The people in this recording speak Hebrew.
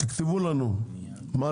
תכתבו לנו מהם,